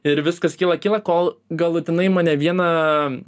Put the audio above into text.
ir viskas kyla kyla kol galutinai mane vieną